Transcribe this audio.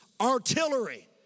Artillery